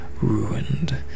ruined